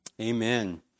Amen